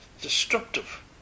destructive